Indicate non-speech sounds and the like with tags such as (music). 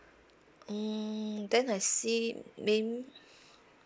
mm then I see mayb~ (breath)